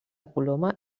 coloma